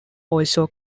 also